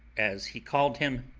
as he called him,